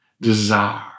desire